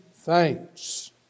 thanks